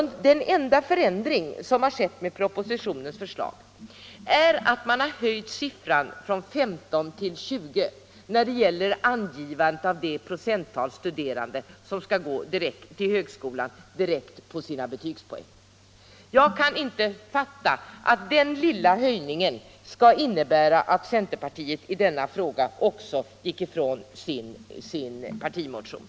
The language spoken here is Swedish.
Den enda förändring som har skett med propositionens förslag är att mån har höjt siffran från 15 till 20 när det gäller angivandet av det procenttal studerande som skall gå till högskolan direkt på sina betygspoäng. Jag kan inte fatta varför den lilla höjningen skulle innebära att centerpartiet i denna fråga frånföll sin partimotion.